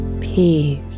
Peace